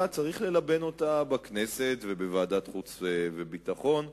יש ללבן בכנסת ובוועדת החוץ והביטחון.